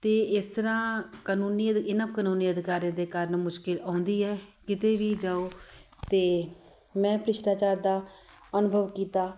ਅਤੇ ਇਸ ਤਰ੍ਹਾਂ ਕਾਨੂੰਨੀ ਇਹਨਾਂ ਕਾਨੂੰਨੀ ਅਧਿਕਾਰੀਆਂ ਦੇ ਕਾਰਨ ਮੁਸ਼ਕਿਲ ਆਉਂਦੀ ਹੈ ਕਿਤੇ ਵੀ ਜਾਓ ਅਤੇ ਮੈਂ ਭ੍ਰਿਸ਼ਟਾਚਾਰ ਦਾ ਅਨੁਭਵ ਕੀਤਾ